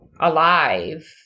alive